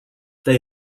they